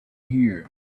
here